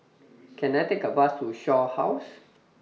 Can I Take A Bus to Shaw House